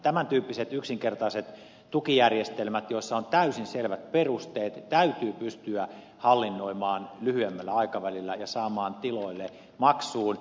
tämäntyyppiset yksinkertaiset tukijärjestelmät joissa on täysin selvät perusteet täytyy pystyä hallinnoimaan lyhyemmällä aikavälillä ja saamaan tiloille maksuun